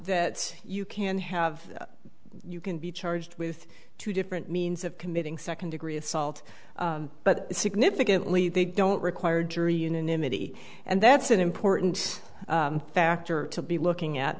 that you can have you can be charged with two different means of committing second degree assault but significantly they don't require jury unanimity and that's an important factor to be looking at